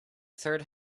third